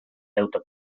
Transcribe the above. deute